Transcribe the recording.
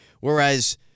whereas